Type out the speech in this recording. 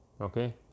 Okay